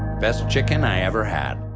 best chicken i ever had.